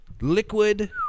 liquid